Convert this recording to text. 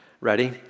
Ready